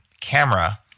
camera